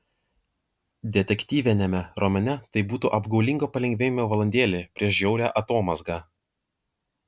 detektyviniame romane tai būtų apgaulingo palengvėjimo valandėlė prieš žiaurią atomazgą